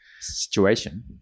situation